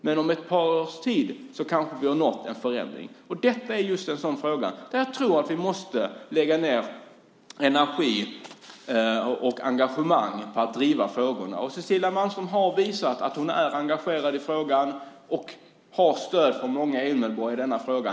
Men efter ett par års tid kanske vi har nått en förändring. Detta är just en sådan fråga. Vi måste lägga ned energi och engagemang på att driva de frågorna. Cecilia Malmström har visat att hon är engagerad i frågan, och hon har stöd från många EU-medborgare i denna fråga.